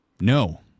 No